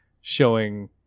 showing